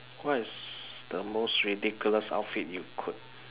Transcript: what is the most ridiculous outfit you could